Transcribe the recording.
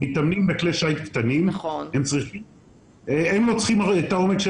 מתאמנים בכלי שיט קטנים והם לא צריכים עומק של